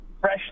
fresh